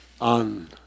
on